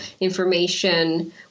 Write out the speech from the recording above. information